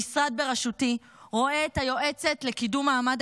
המשרד בראשותי רואה את היועצת לקידום מעמד